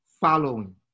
following